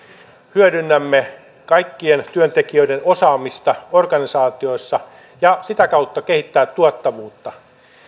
hyödynnämme kaikkien työntekijöiden osaamista organisaatioissa ja sitä kautta kehittää tuottavuutta